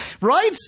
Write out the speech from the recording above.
Right